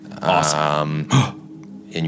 Awesome